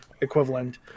equivalent